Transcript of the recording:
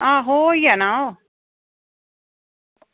आहो होई जाना ओह्